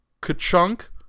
ka-chunk